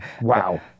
wow